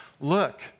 Look